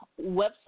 website